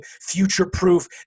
future-proof